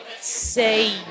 say